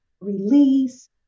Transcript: release